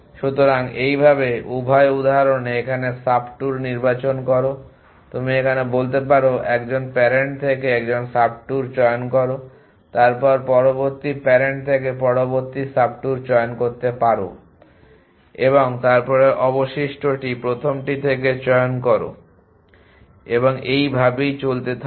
সুতরাং এইভাবে উভয় উদাহরণে এখানে সাবট্যুর নির্বাচন করো তুমি এখানে বলতে পারো যে 1 জন প্যারেন্ট থেকে একটি সাবট্যুর চয়ন করো তারপর পরবর্তী প্যারেন্ট থেকে পরবর্তী সাবট্যুর চয়ন করতে পারো এবং তারপরে অবশিষ্টটি প্রথমটি থেকে চয়ন করো এবং এভাবেই চলতে থাকবে